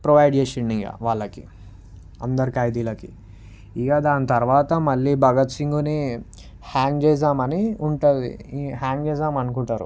provide చేసిండ్ ఇక వాళ్ళకి అందరి ఖైదీలకి ఇక దాని తర్వాత మళ్ళి భగత్ సింగ్ని హ్యాంగ్ చేద్దామని ఉంటుంది ఇగ హ్యాంగ్ చేద్దాం అనుకుంటారు